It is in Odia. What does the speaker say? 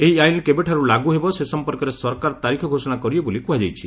ଏହି ଆଇନ କେବେଠାରୁ ଲାଗୁ ହେବ ସେ ସମ୍ପର୍କରେ ସରକାର ତାରିଖ ଘୋଷଣା କରିବେ ବୋଲି କୁହାଯାଇଛି